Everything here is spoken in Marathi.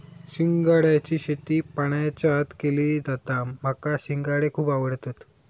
शिंगाड्याची शेती पाण्याच्या आत केली जाता माका शिंगाडे खुप आवडतत